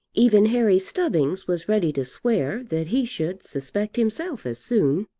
even harry stubbings was ready to swear that he should suspect himself as soon.